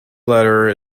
letter